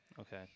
okay